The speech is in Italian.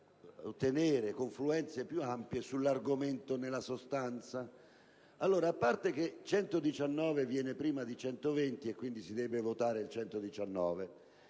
possano ottenere confluenze più ampie sull'argomento, nella sostanza.